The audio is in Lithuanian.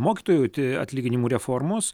mokytojų atlyginimų reformos